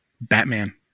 Batman